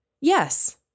Yes